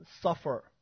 suffer